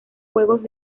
juegos